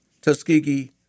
Tuskegee